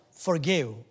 Forgive